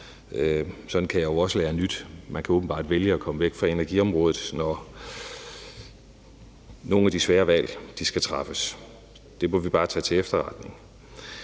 Sådan kan jeg jo også lære nyt. Man kan åbenbart vælge at komme væk fra energiområdet, når nogle af de svære valg skal træffes. Det må vi bare tage til efterretning.